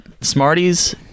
smarties